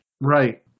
Right